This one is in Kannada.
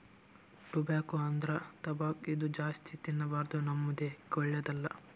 ಟೊಬ್ಯಾಕೊ ಅಂದ್ರ ತಂಬಾಕ್ ಇದು ಜಾಸ್ತಿ ತಿನ್ಬಾರ್ದು ನಮ್ ದೇಹಕ್ಕ್ ಒಳ್ಳೆದಲ್ಲ